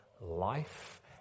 life